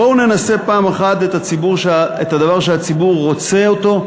בואו ננסה פעם אחת את הדבר שהציבור רוצה אותו,